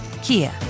Kia